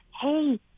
Hey